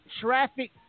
traffic